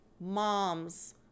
moms